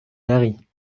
maris